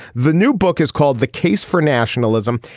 the new book is called the case for nationalism.